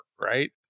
right